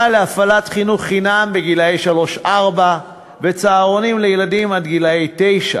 להפעלת חינוך חינם לגילאי שלוש ארבע וצהרונים לילדים עד גיל תשע.